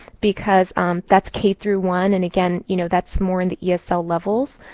because that's k through one and, again, you know that's more in the esl levels.